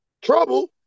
trouble